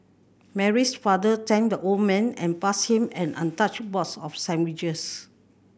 Mary's father thanked the old man and passed him an untouched box of sandwiches